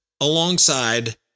alongside